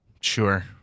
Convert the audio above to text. Sure